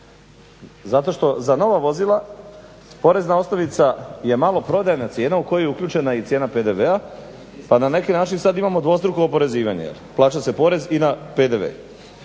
zato što za nova vozila porezna osnovica je maloprodajna cijena u koju je uključena i cijena PDV-a pa na neki način sad imamo dvostruko oporezivanje. Plaća se porez i na PDV.